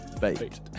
bait